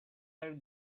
are